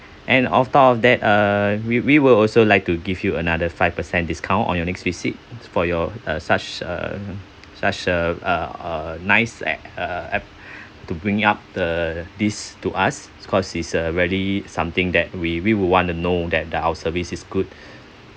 and on top of that uh we we will also like to give you another five per cent discount on your next visit for your uh such uh such uh uh nice uh uh to bring up the this to us cause it's a really something that we we would want to know that our service is good